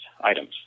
items